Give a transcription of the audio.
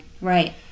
Right